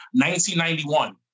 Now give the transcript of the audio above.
1991